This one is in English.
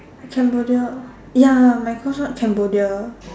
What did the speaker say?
Cambodia ya my course one Cambodia